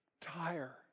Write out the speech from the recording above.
tire